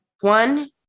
One